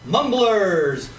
Mumblers